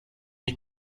ich